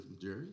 Jerry